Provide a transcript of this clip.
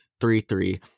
three-three